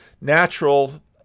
natural